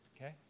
okay